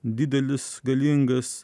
didelis galingas